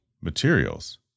materials